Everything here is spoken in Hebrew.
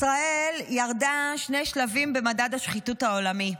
ישראל ירדה שני שלבים במדד השחיתות העולמי.